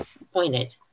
appointed